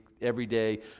everyday